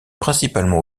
principalement